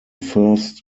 first